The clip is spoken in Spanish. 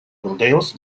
burdeos